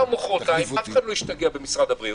מחר-מוחרתיים אף אחד לא ישתגע במשרד הבריאות,